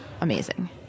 Amazing